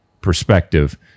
perspective